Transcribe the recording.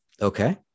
Okay